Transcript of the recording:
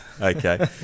Okay